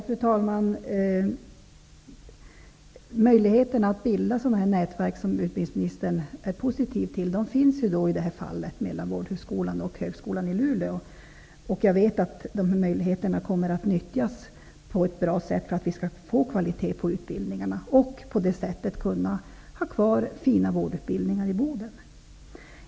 Fru talman! Möjligheterna att bilda nätverk -- som utbildningsministern är så positivt inställd till -- finns i det här fallet mellan Vårdhögskolan och högskolan i Luleå. Jag vet att dessa möjligheter kommer att nyttjas på ett bra sätt, så att det blir bra kvalitet i utbildningarna. På det sättet kan man ha kvar den fina vårdutbildningen i Boden.